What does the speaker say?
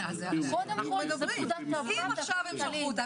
אם עכשיו הם שלחו אותם,